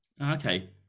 okay